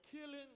killing